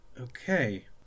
Okay